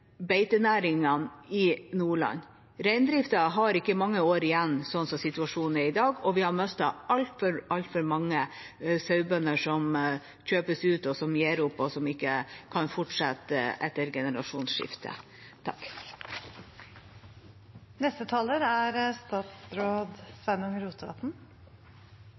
beitenæringene i Nordland. Reindriften har ikke mange år igjen slik situasjonen er i dag, og vi har mistet altfor mange sauebønder som kjøper seg ut, som gir opp, og som ikke kan fortsette etter